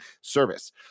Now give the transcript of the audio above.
service